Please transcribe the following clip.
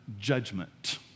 judgment